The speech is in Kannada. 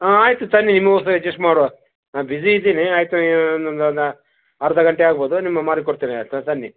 ಹಾಂ ಆಯಿತು ತನ್ನಿ ನಿಮಗೋಸ್ಕರ ಎಡ್ಜಸ್ಟ್ ಮಾಡುವ ಬಿಝಿ ಇದ್ದೀನಿ ಆಯಿತು ನೀವು ಅರ್ಧ ಗಂಟೆ ಆಗ್ಬೋದು ನಿಮಗೆ ಮಾಡಿ ಕೊಡ್ತೇನೆ ಆಯಿತಾ ತನ್ನಿ